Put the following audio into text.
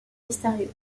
mystérieux